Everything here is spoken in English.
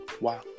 Wow